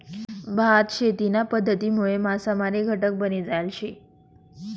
भात शेतीना पध्दतीनामुळे मासामारी घटक बनी जायल शे